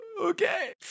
Okay